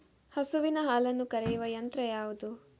ಹಸುವಿನ ಹಾಲನ್ನು ಕರೆಯುವ ಯಂತ್ರ ಯಾವುದು?